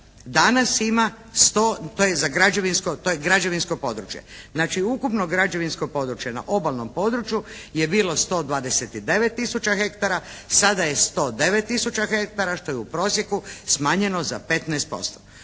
Danas ima, to je građevinsko područje. Znači ukupno građevinsko područje na obalnom području je bilo 129 tisuća hektara, sada je 109 tisuća hektara, što je u prosjeku smanjeno za 15%.